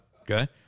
okay